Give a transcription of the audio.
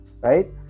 right